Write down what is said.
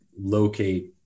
locate